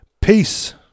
Peace